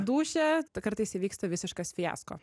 dūšią tai kartais įvyksta visiškas fiasko